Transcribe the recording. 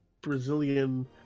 brazilian